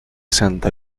santa